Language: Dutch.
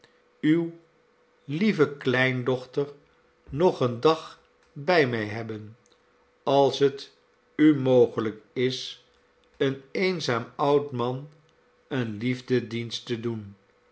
uwe lieve kleindochter nog een dag bij mij hebben als het u mogelijk is een eenzaam oud man een liefdedienst te doen